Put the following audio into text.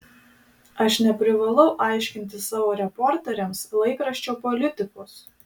aš neprivalau aiškinti savo reporteriams laikraščio politikos